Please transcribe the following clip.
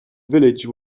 village